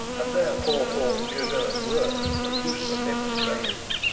and there pour forth jejune words and useless empty phrases,